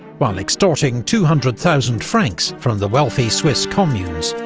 while extorting two hundred thousand francs from the wealthy swiss communes,